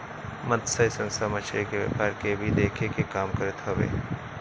मतस्य संस्था मछरी के व्यापार के भी देखे के काम करत हवे